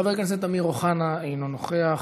חבר הכנסת אמיר אוחנה, אינו נוכח,